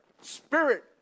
spirit